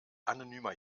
anonymer